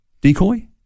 decoy